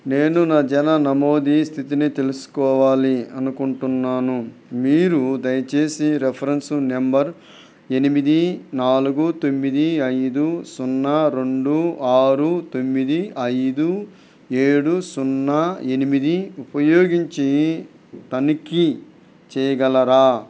నేను నా జనన నమోదు స్థితిని తెలుసుకోవాలి అనుకుంటున్నాను మీరు దయచేసి రిఫరెన్స్ నెంబర్ ఎనిమిది నాలుగు తొమ్మిది ఐదు సున్నారెండు ఆరు తొమ్మిది ఐదు ఏడు సున్నా ఎనిమిది ఉపయోగించి తనిఖీ చేయగలరా